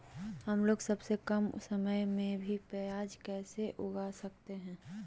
हमलोग सबसे कम समय में भी प्याज कैसे उगा सकते हैं?